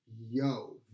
yo